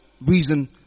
reason